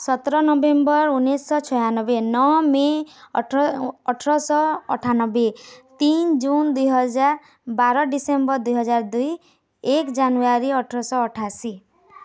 ସତର ନଭେମ୍ବର ଉଣେଇଶିଶହ ଛୟାନବେ ନଅ ମେ ଅଠରଶହ ଅଠାନବେ ତିନ ଜୁନ୍ ଦୁଇ ହଜାର ବାର ଡିସେମ୍ବର ଦୁଇ ହଜାର ଦୁଇ ଏକ ଜାନୁଆରୀ ଅଠରଶହ ଅଠାଅଶୀ